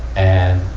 and,